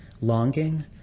longing